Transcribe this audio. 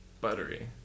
Buttery